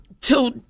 till